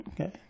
Okay